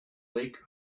lake